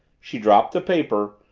she dropped the paper,